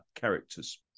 characters